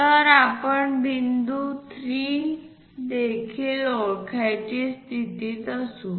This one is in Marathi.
तर आपण बिंदू 3 देखील ओळखण्याची स्थितीत असू